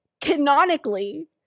canonically